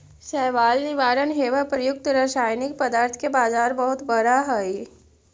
शैवाल निवारण हेव प्रयुक्त रसायनिक पदार्थ के बाजार बहुत बड़ा हई